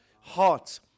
heart